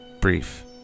brief